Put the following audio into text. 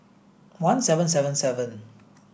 one seven seven seven